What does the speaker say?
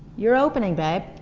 you're opening, babe.